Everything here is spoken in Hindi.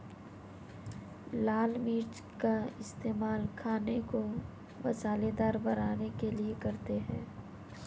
लाल मिर्च का इस्तेमाल खाने को मसालेदार बनाने के लिए करते हैं